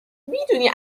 میدونی